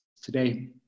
today